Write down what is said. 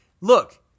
look